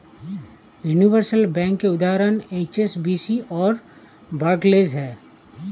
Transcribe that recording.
universal bank के उदाहरण HSBC और बार्कलेज हैं